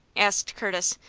asked curtis,